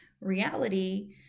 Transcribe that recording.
reality